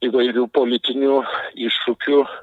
įvairių politinių iššūkių